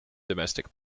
domestic